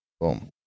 Boom